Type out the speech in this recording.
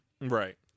right